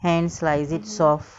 hands lah is it soft